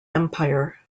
empire